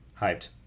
hyped